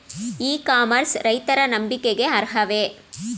E commerce ರೈತರ ನಂಬಿಕೆಗೆ ಅರ್ಹವೇ?